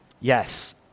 Yes